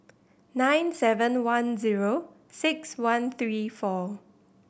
nine seven one zero six one three four